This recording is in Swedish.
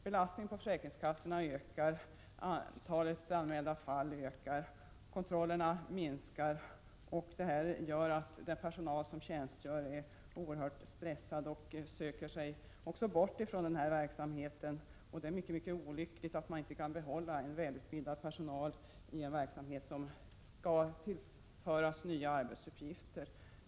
Belastningen på försäkringskassorna ökar, antalet anmälda fall ökar, och kontrollen minskar. Detta gör att den personal som tjänstgör är oerhört stressad och söker sig bort från verksamheten. Det är olyckligt att man inte kan behålla en väl utbildad personal i en verksamhet som skall tillföras nya arbetsuppgifter.